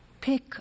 Pick